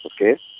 Okay